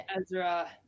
Ezra